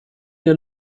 der